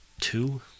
two